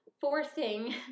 forcing